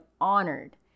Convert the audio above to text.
honored